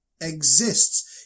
exists